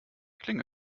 klinge